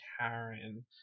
Karen